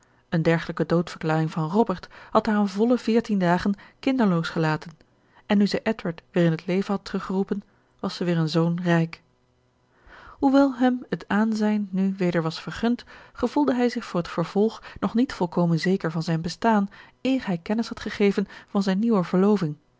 een dergelijke doodverklaring van robert had haar een volle veertien dagen kinderloos gelaten en nu zij edward weer in t leven had teruggeroepen was zij weer een zoon rijk hoewel hem het aanzijn nu weder was vergund gevoelde hij zich voor t vervolg nog niet volkomen zeker van zijn bestaan eer hij kennis had gegeven van zijne nieuwe verloving